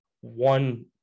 one –